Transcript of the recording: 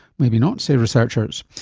maybe not say researchers.